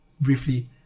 briefly